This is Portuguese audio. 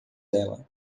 dela